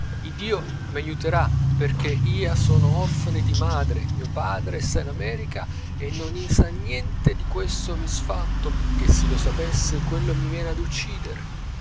i dio mi aiuterà perchè ia sono orfane di madre mio padre sta in america e non ni sà niente di questo misfatto che si lo sapesse quello mi viene ad ucidere il